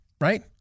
right